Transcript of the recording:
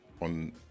on